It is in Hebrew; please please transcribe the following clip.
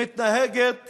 מתנהגת